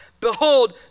Behold